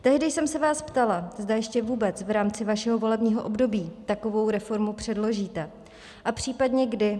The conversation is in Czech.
Tehdy jsem se vás ptala, zda ještě vůbec v rámci vašeho volebního období takovou reformu předložíte a případně kdy.